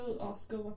Oscar